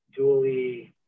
dually